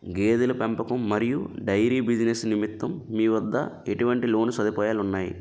గేదెల పెంపకం మరియు డైరీ బిజినెస్ నిమిత్తం మీ వద్ద ఎటువంటి లోన్ సదుపాయాలు ఉన్నాయి?